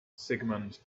sigmund